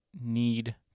need